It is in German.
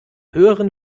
höheren